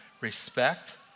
respect